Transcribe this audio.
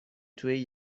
توی